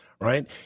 Right